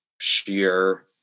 sheer